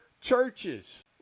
churches